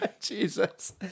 jesus